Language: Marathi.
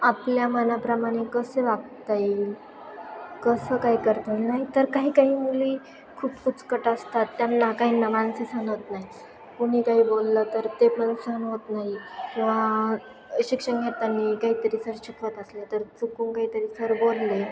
आपल्या मनाप्रमाणे कसे वागता येईल कसं काय करताई नाही तर काही काही मुली खूप कुजकट असतात त्यांना काहींना माणसे सहन होत नाही कुणी काही बोललं तर ते पण सहन होत नाही किंवा शिक्षण घेताना काहीतरी सर शिकवत असलं तर चुकून काहीतरी सर बोलले